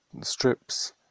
strips